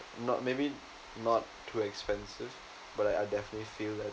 not maybe not too expensive but I definitely feel that